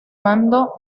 mando